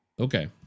Okay